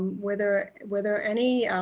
were there were there any